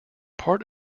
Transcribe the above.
part